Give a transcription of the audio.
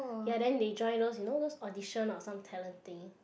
ya then they join those audition or some talent thing